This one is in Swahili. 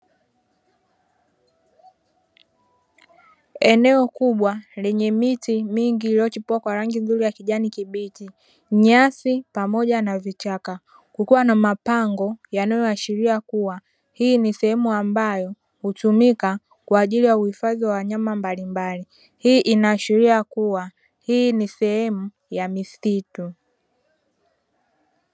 Eneo kubwa lenye miti mingi iliyochipua kwa rangi nzuri ya kijani kibichi, nyasi pamoja na vichaka. Kukiwa na mapango yanayoashiria kuwa, hii ni sehemu ambayo hutumika kwa ajili ya uhifadhi wa wanyama mbalimbali. Hii inaashiria kuwa hii ni sehemu ya misitu.